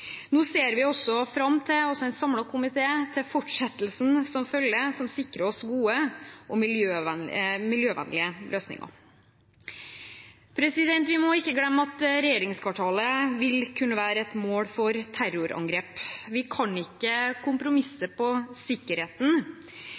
Nå ser vi – en samlet komité – fram til fortsettelsen som følger, som sikrer oss gode og miljøvennlige løsninger. Vi må ikke glemme at regjeringskvartalet vil kunne være et mål for terrorangrep. Vi kan ikke kompromisse